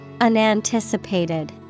Unanticipated